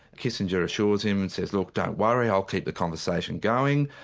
kissinger assures him and says, look, don't worry, i'll keep the conversation going,